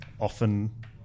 often